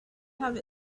have